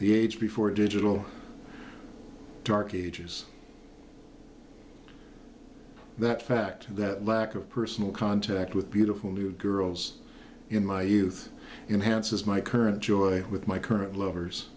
the age before digital dark ages that fact that lack of personal contact with beautiful new girls in my youth enhanced as my current joy with my current lovers